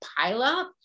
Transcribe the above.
pileup